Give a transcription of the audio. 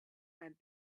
had